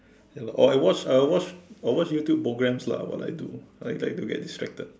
ya lah or I watch I watch I watch YouTube programs lah what I do I like to get distracted